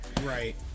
Right